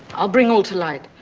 i'll bring all to light.